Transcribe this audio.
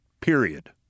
period